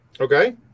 Okay